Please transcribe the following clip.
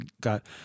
got